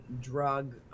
Drug